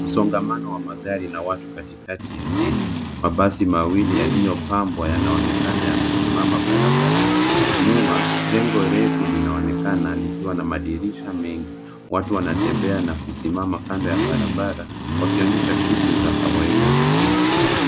Msongamano wa magari na watu katikati ya jiji. Mabasi mawili yaliyopambwa yanaonekana yamesimama barabarani. Nyuma, jengo refu linaonekana likiwa na madirisha mengi. Watu wanatembea na kusimama kando ya barabara wakionyesha shughuli za kawaida za jiji.